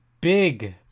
big